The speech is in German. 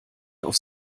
auf